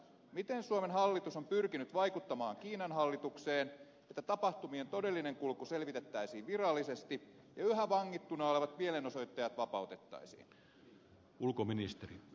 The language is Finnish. miten suomen hallitus on pyrkinyt vaikuttamaan kiinan hallitukseen että tapahtumien todellinen kulku selvitettäisiin virallisesti ja yhä vangittuna olevat mielenosoittajat vapautettaisiin